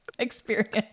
experience